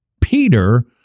Peter